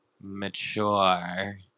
mature